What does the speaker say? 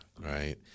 right